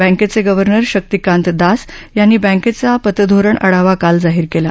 बँकेचे गव्हर्नर शक्तिकांत दास यांनी बँकेचा पतधोरण आढावा काल जाहीर केला